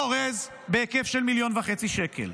אורז בהיקף של 1.5 מיליון שקל.